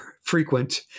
frequent